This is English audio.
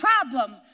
problem